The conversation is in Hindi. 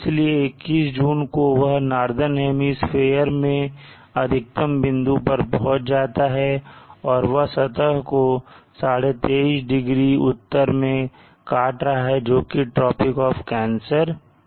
इसलिए 21जून को वह नार्दन हेमिस्फीयर मैं अधिकतम बिंदु पर पहुंच जाता है और वह सतह को 2312degree उत्तर में काट रहा है जोकि ट्रॉपिक ऑफ़ कैंसर है